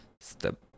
step